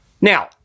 Now